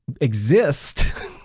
exist